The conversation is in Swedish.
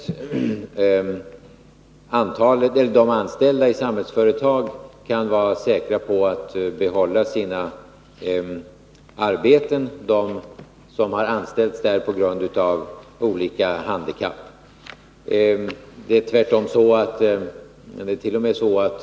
De som på grund av olika handikapp är anställda i Samhällsföretag kan vara säkra på att få behålla sina arbeten. Antalet anvisade anställda har t.o.m. ökat.